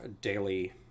daily